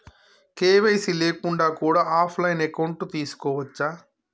KYC లేకుండా కూడా offline account తీసుకోవచ్చా?